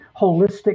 holistic